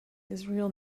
israel